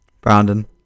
Brandon